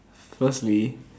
firstly